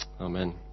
amen